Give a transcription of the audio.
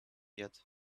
yet